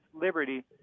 liberty